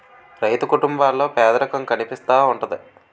రైతు కుటుంబాల్లో పేదరికం కనిపిస్తా ఉంటది